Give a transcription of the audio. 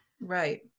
Right